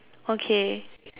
okay